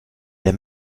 der